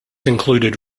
included